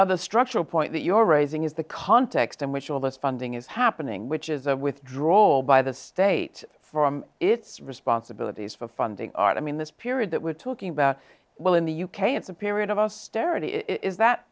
other structural point that you're raising is the context in which all this funding is happening which is a withdrawal by the state from its responsibilities for funding art i mean this period that we're talking about well in the u k at the period of austerity is that